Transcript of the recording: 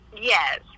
yes